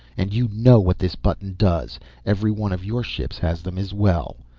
and you know what this button does every one of your ships has them as well.